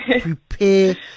prepare